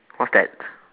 what's that